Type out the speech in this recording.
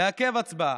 לעכב הצבעה,